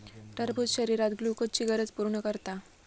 टरबूज शरीरात ग्लुकोजची गरज पूर्ण करता